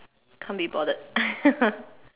can't be bothered